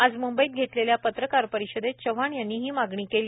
आज मंबईत घेतलेल्या पत्रकार परिषदेत चव्हाण यांनी ही मागणी केली